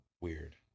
weird